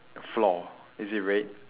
floor is it red